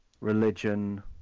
religion